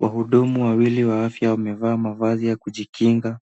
Wahudumu wawili wa afya wamevaa mavazi ya kujikinga: